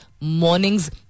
Mornings